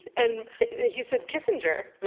and he said, kissinger.